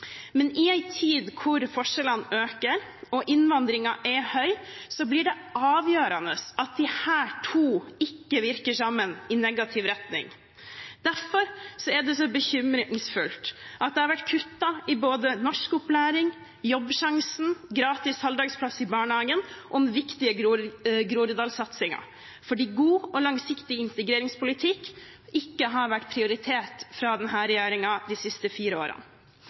men i en tid da forskjellene øker og innvandringen er høy, blir det avgjørende at disse to ikke virker sammen i negativ retning. Derfor er det så bekymringsfullt at det har vært kuttet i både norskopplæring, Jobbsjansen, gratis halvdagsplass i barnehagen og den viktige Groruddal-satsingen – fordi god og langsiktig integreringspolitikk ikke har vært prioritert fra denne regjeringen de siste fire årene.